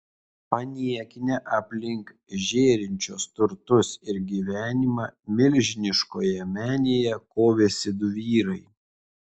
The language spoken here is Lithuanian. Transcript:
paniekinę aplink žėrinčius turtus ir gyvenimą milžiniškoje menėje kovėsi du vyrai